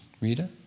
Rita